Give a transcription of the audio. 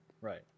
Right